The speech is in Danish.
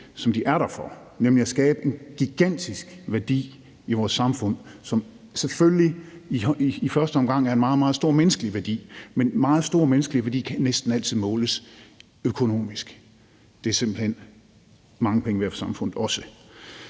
som de er der for, nemlig at skabe en gigantisk værdi i vores samfund, som selvfølgelig i første omgang er en meget, meget stor menneskelig værdi, men meget stor menneskelig værdi kan næsten altid måles økonomisk; det er simpelt hen også mange penge værd for samfundet.